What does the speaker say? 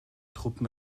truppen